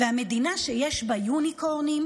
ומדינה שיש בה יוניקורנים,